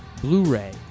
blu-ray